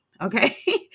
okay